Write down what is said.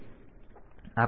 તેથી આ શક્ય નથી